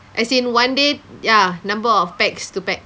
as in one day ya numbers of packs to pack